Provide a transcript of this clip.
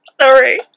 Sorry